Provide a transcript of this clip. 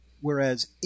whereas